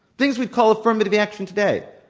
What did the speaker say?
things we call, affirmative action, today,